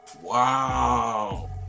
Wow